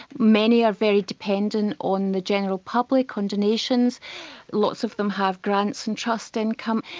many are very dependent on the general public on donations lots of them have grants and trusts income,